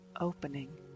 opening